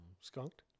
skunked